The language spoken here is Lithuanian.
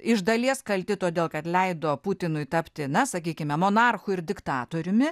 iš dalies kalti todėl kad leido putinui tapti na sakykime monarchu ir diktatoriumi